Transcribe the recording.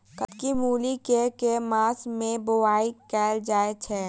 कत्की मूली केँ के मास मे बोवाई कैल जाएँ छैय?